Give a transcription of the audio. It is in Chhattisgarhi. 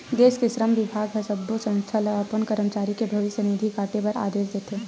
देस के श्रम बिभाग ह सब्बो संस्था ल अपन करमचारी के भविस्य निधि काटे बर आदेस देथे